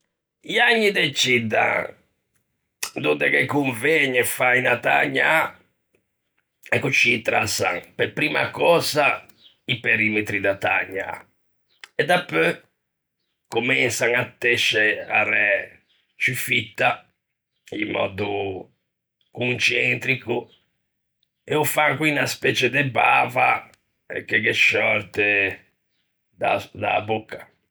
I ägni deciddan donde ghe convëgne fâ unna tägnâ e coscì trassan pe primma cösa i perimetri da tägnâ, e dapeu comensan à tesce a ræ ciù fitta, in mòddo concentrico, e ô fan conn unna specie de bava che ghe sciòrte da-a bocca.